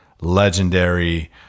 legendary